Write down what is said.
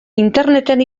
interneten